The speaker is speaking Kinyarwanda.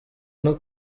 ino